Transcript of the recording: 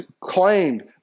claimed